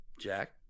Jack